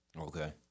Okay